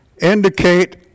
indicate